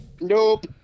Nope